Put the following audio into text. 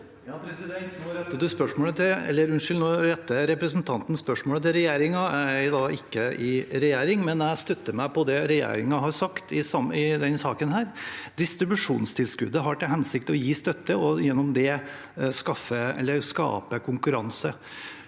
repre- sentanten spørsmålet til regjeringen. Jeg er ikke i regjering, men jeg støtter meg på det regjeringen har sagt i denne saken. Distribusjonstilskuddet har til hensikt å gi støtte og gjennom det skape konkurranse.